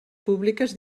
públiques